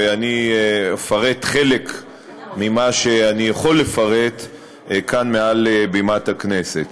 ואני אפרט חלק ממה שאני יכול לפרט כאן מעל בימת הכנסת.